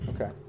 Okay